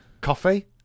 Coffee